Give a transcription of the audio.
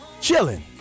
chilling